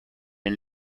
and